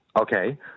Okay